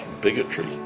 bigotry